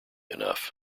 enough